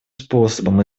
способом